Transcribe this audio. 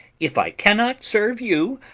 if i cannot serve you,